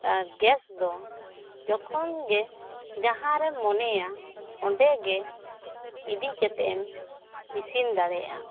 ᱟᱨ ᱜᱮᱥ ᱫᱚ ᱡᱚᱠᱷᱚᱱ ᱜᱮ ᱡᱟᱦᱟᱸ ᱨᱮ ᱢᱚᱱᱮᱭᱟ ᱚᱸᱰᱮ ᱜᱮ ᱤᱫᱤ ᱠᱟᱛᱮᱜ ᱮᱢ ᱤᱥᱤᱱ ᱫᱟᱲᱮᱭᱟᱜ ᱟ